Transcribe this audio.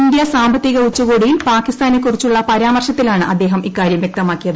India സാമ്പത്തിക ഉച്ചകോടിയിൽ പാകിസ്ഥാനെക്കുറിച്ചുള്ള പരാമർശത്തിലാണ് അദ്ദേഹം ഇക്കാര്യം വ്യക്തമാക്കിയത്